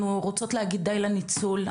אנחנו רוצות להגיד די לניצול,